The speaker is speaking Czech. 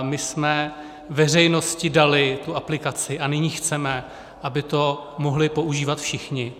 My jsme veřejnosti dali tu aplikaci a nyní chceme, aby to mohli používat všichni.